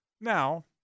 now